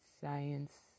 science